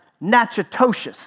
Natchitoches